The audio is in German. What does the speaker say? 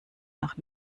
nach